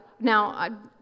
Now